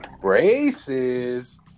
braces